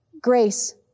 Grace